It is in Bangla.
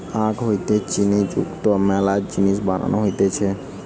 আখ হইতে চিনি যুক্ত মেলা জিনিস বানানো হতিছে